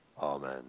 amen